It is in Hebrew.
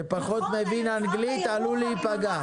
שפחות מבין אנגלית, עלול להיפגע.